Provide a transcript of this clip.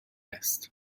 است